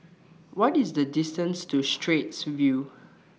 What IS The distance to Straits View